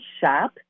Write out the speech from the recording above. Shop